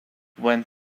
went